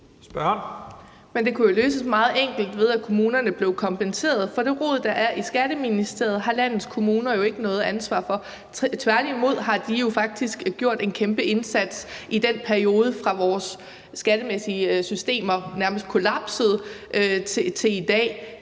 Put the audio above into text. det kunne jo løses meget enkelt, ved at kommunerne blev kompenseret. For det rod, der er i Skatteministeriet, har landets kommuner jo ikke noget ansvar for – tværtimod har de faktisk gjort en kæmpe indsats. I den periode, fra vores skattemæssige systemer nærmest kollapsede og til i dag,